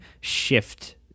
shift